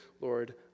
Lord